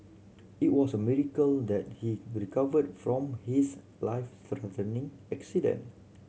it was a miracle that he recovered from his life accident